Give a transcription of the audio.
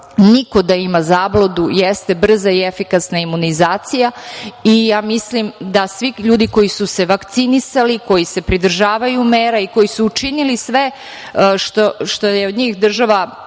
niko da ima zabludu, jeste brza i efikasna imunizacija. Ja mislim da svi ljudi koji su se vakcinisali, koji se pridržavaju mera i koji su učinili sve što je od njih država